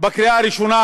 בקריאה ראשונה,